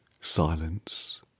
silence